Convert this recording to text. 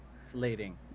Slating